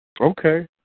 Okay